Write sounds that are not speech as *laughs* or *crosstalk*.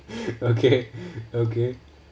*laughs* okay okay